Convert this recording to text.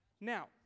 Now